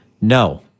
No